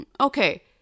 okay